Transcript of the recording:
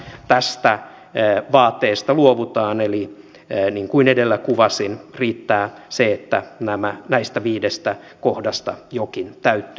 tästä vaateesta luovutaan eli niin kuin edellä kuvasin riittää se että näistä viidestä kohdasta jokin täyttyy